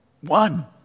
one